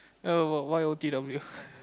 oh what why O_T_W